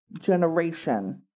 generation